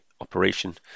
operation